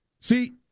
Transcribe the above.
See